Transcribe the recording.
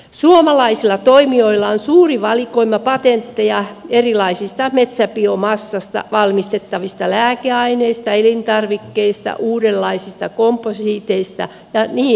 suomalaisilla toimijoilla on suuri valikoima patentteja erilaisista metsäbiomassoista valmistettavista lääkeaineista elintarvikkeista uudenlaisista komposiiteista ja niin edelleen